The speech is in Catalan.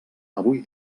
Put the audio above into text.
avui